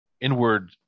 inward